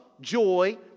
joy